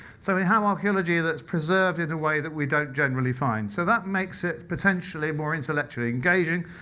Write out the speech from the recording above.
so we have archeology that's preserved in a way that we don't generally find. so that makes it potentially more intellectually engaging,